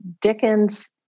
Dickens